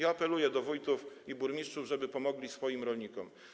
Apeluję do wójtów i burmistrzów, żeby pomogli swoim rolnikom.